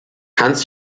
hans